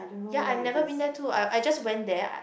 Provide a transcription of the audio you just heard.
ya I never been there to I I went there I